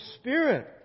Spirit